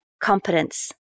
competence